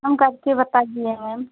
कम करके बताइए मैम